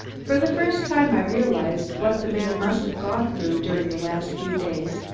for the first time i realized what the man must have gone through during the last few days,